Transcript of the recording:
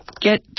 get